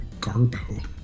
Garbo